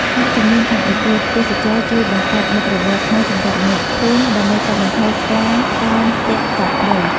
អ្នកជំនាញខាងអេកូទេសចរណ៍ ជួយបង្កើតមុខរបរថ្មីសម្រាប់អ្នកភូមិ ដើម្បីកាត់បន្ថយការតោងទាក់សត្វព្រៃ។